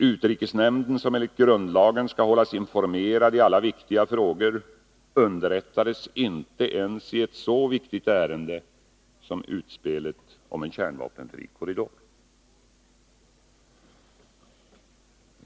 Utrikesnämnden, som enligt grundlagen skall hållas informerad i alla viktiga frågor, underrättades inte ens i ett så viktigt ärende som utspelet om en kärnvapenfri korridor.